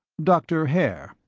dr. haer,